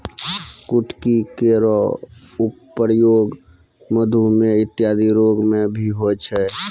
कुटकी केरो प्रयोग मधुमेह इत्यादि रोग म भी होय छै